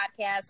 podcast